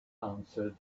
answered